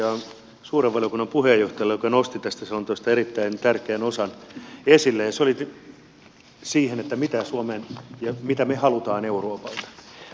kiitoksia suuren valiokunnan puheenjohtajalle joka nosti tästä selonteosta erittäin tärkeän osan esille koskien sitä mitä me haluamme euroopalta